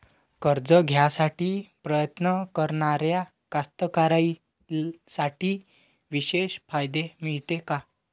कर्ज घ्यासाठी प्रयत्न करणाऱ्या कास्तकाराइसाठी विशेष फायदे मिळते का?